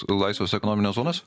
laisvas ekonomines zonas